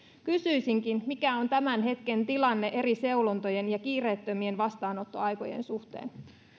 kysyisinkin mikä on tämän hetken tilanne eri seulontojen ja kiireettömien vastaanottoaikojen suhteen